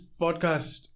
podcast